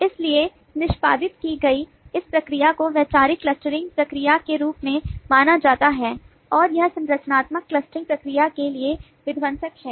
इसलिए निष्पादित की गई इस प्रक्रिया को वैचारिक क्लस्टरिंग प्रक्रिया के रूप में जाना जाता है और यह संरचनात्मक क्लस्टरिंग प्रक्रिया के लिए विध्वंसक है